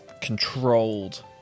controlled